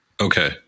Okay